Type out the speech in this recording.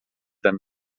than